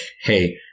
hey